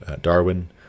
Darwin